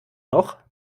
noch